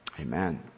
Amen